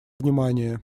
внимание